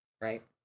right